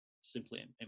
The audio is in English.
simply